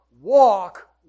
walk